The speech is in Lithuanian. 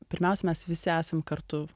pirmiausia mes visi esam kartu